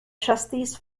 trustees